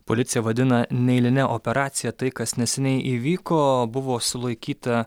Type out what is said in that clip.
policija vadina neeiline operacija tai kas neseniai įvyko buvo sulaikyta